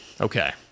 Okay